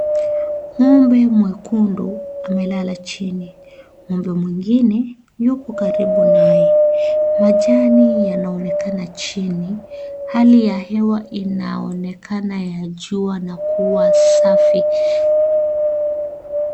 Ngombe mwekundu amelala chini , ngombe mwingine yupo karibu naye , majani yanaonekana chini, hali ya hewa inaonekana ya jua na kuwa safi.